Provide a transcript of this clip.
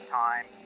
time